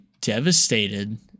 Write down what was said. devastated